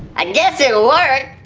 i guess it worked.